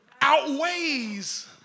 outweighs